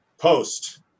post